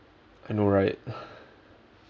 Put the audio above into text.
I know right